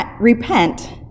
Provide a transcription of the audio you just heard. repent